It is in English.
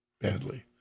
badly